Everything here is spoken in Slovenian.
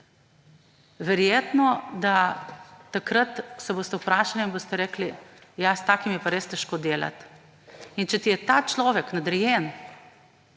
verjetno, da se takrat boste vprašali in boste rekli – ja, s takim je pa res težko delati. In če ti je ta človek nadrejen